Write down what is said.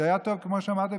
כמו שאמרת,